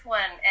one